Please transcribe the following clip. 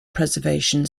preservation